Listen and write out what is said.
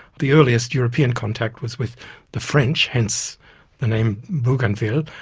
the earliest european contact was with the french, hence the name bougainville,